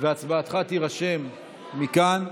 והצבעתך תירשם מכאן.